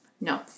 No